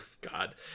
God